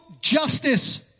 justice